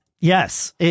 Yes